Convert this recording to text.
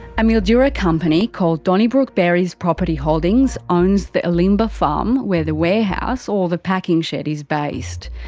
a mildura company called donnybrook berries property holdings owns the elimbah farm where the warehouse, or the packing shed, is based.